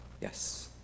yes